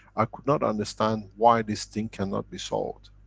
i could not understand why this thing cannot be solved.